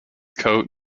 coat